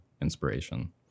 inspiration